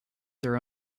their